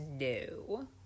no